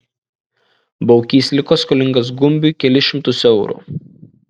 baukys liko skolingas gumbiui kelis šimtus eurų